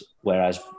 Whereas